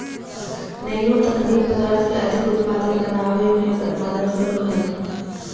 nano तकनीक पदार्थ के अधिक उत्पादक बनावय में मदद करो हइ